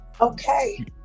Okay